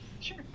Sure